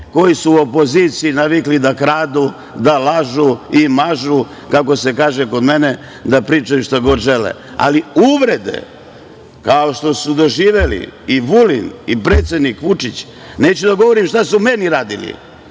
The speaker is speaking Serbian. koji su u opoziciji navikli da kradu, da lažu i mažu, kako se kaže kod mene, da pričaju šta god žele. Ali uvrede kao što su doživeli i Vulin i predsednik Vučić, neću da govorim šta su meni radili,